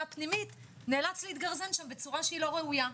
הפנימית נאלץ להתגרזן שם בצורה לא ראויה?